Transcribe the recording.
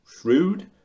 shrewd